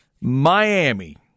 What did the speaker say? Miami